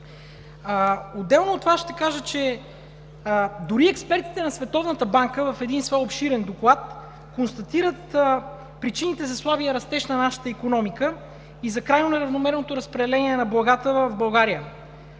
Отделно от това ще кажа, че дори и експертите на Световната банка в един свой обширен доклад констатират причините за слабия растеж на нашата икономика и за крайно неравномерното разпределение на благата в България.